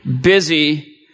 busy